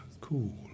Cool